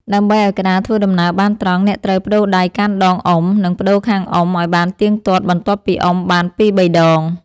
ដើម្បីឱ្យក្តារធ្វើដំណើរបានត្រង់ អ្នកត្រូវប្ដូរដៃកាន់ដងអុំ និងប្ដូរខាងអុំឱ្យបានទៀងទាត់បន្ទាប់ពីអុំបានពីរបីដង។